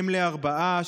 אם לארבעה,